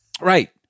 Right